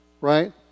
Right